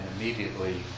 immediately